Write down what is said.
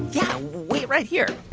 yeah, wait right here